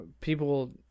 people